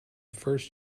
first